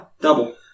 Double